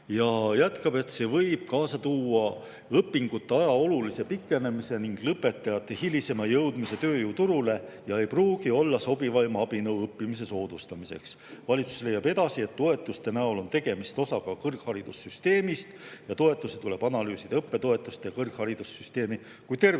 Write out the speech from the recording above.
jätkab, et see võib kaasa tuua õpingute aja olulise pikenemise ning lõpetajate hilisema jõudmise tööjõuturule ja ei pruugi seega olla sobivaim abinõu õppimise soodustamiseks. Valitsus leiab edasi, et toetuste näol on tegemist osaga kõrgharidussüsteemist ja toetusi tuleb analüüsida õppetoetuste ja kõrgharidussüsteemi kui terviku